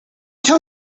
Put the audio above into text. tell